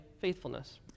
faithfulness